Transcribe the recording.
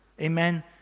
Amen